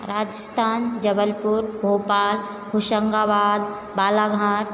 Rajasthan Jabalpur Bhopal Hoshangabad Balaghat